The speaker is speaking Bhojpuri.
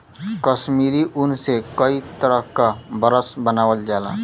कसमीरी ऊन से कई तरे क बरस बनावल जाला